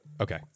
okay